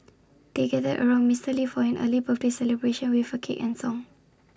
they gathered around Mister lee for an early birthday celebration with A cake and A song